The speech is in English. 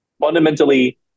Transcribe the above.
fundamentally